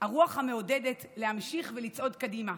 גיסא הרוח המעודדת להמשיך ולצעוד קדימה.